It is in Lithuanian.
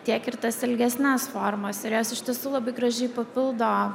tiek ir tas ilgesnes formas ir jos iš tiesų labai gražiai papildo